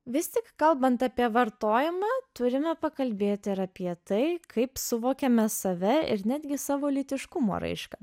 vis tik kalbant apie vartojimą turime pakalbėt ir apie tai kaip suvokiame save ir netgi savo lytiškumo raišką